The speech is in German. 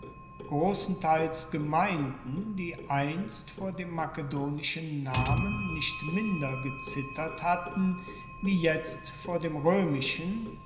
grossenteils gemeinden die einst vor dem makedonischen namen nicht minder gezittert hatten wie jetzt vor dem roemischen